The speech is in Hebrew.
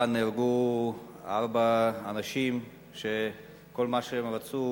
נהרגו ארבעה אנשים, שכל מה שהם רצו